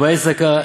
"גבאי צדקה,